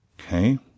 Okay